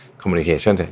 communication